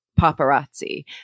paparazzi